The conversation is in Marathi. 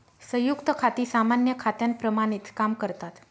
संयुक्त खाती सामान्य खात्यांप्रमाणेच काम करतात